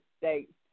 states